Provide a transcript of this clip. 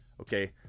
okay